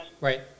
Right